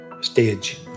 stage